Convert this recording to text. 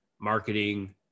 marketing